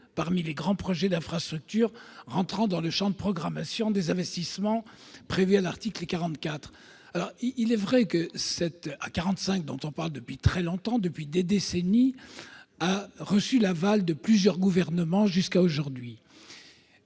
parmi les grands projets d'infrastructures entrant dans le champ de programmation des investissements prévus à l'article 44. Ce projet, dont on parle depuis très longtemps, et même depuis des décennies, a reçu l'aval de plusieurs gouvernements jusqu'à aujourd'hui.